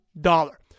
dollar